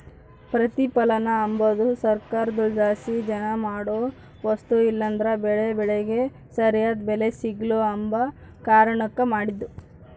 ಪ್ರತಿಪಲನ ಅಂಬದು ಸರ್ಕಾರುದ್ಲಾಸಿ ಜನ ಮಾಡೋ ವಸ್ತು ಇಲ್ಲಂದ್ರ ಬೆಳೇ ಬೆಳಿಗೆ ಸರ್ಯಾದ್ ಬೆಲೆ ಸಿಗ್ಲು ಅಂಬ ಕಾರಣುಕ್ ಮಾಡಿದ್ದು